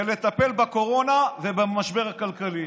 בלטפל בקורונה ובמשבר הכלכלי,